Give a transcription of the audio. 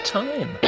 time